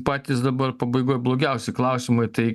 patys dabar pabaigoj blogiausi klausimai tai